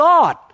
God